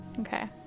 okay